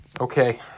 Okay